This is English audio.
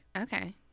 Okay